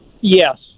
Yes